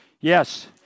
Yes